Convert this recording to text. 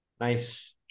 Nice